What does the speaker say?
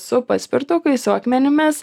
su paspirtukais su akmenimis